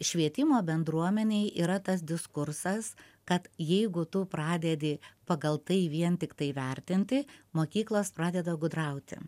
švietimo bendruomenėj yra tas diskursas kad jeigu tu pradedi pagal tai vien tiktai vertinti mokyklos pradeda gudrauti